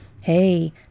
Hey